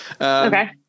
Okay